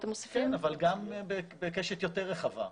כן, אבל גם בקשת יותר רחבה.